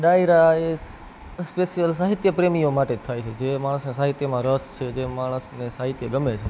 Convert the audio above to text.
ડાયરા એ સ્પેસ્યલ સાહિત્ય પ્રેમીઓ માટે જ થાય છે જે માણસને સાહિત્યમાં રસ છે જે માણસને સાહિત્ય ગમે છે